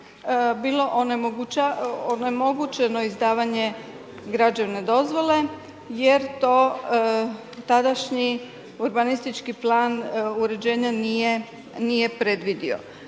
bilo onemogućeno izdavanje građevne dozvole jer to tadašnji urbanistički plan uređenja nije predvidio.